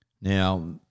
Now